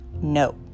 No